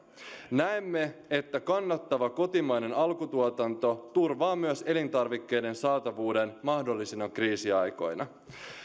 näemme että kannattava kotimainen alkutuotanto turvaa myös elintarvikkeiden saatavuuden mahdollisina kriisiaikoina